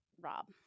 Rob